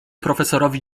profesorowi